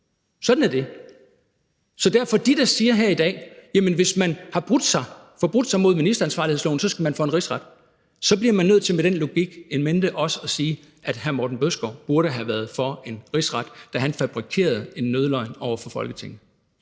Sådan er det. Så derfor vil jeg til dem, der siger her i dag, at hvis man har forbrudt sig mod ministeransvarlighedsloven, så skal man for en rigsret, sige, at så bliver man – med den logik in mente – også nødt til at sige, at hr. Morten Bødskov burde have været for en rigsret, da han fabrikerede en nødløgn over for Folketinget.